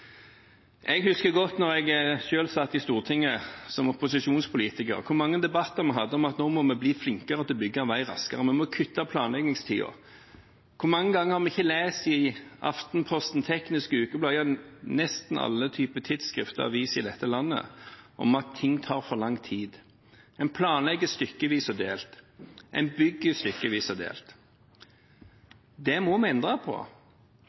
Jeg husker godt fra da jeg selv satt i Stortinget som opposisjonspolitiker, hvor mange debatter vi hadde om at nå måtte vi bli flinkere til å bygge en vei raskere, og vi måtte kutte planleggingstiden. Hvor mange ganger har vi ikke lest i Aftenposten, i Teknisk Ukeblad, ja, i nesten alle typer tidsskrifter og aviser i dette landet, at ting tar for lang tid? En planlegger stykkevis og delt, en bygger stykkevis og delt. Det må vi endre på.